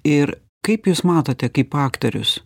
ir kaip jūs matote kaip aktorius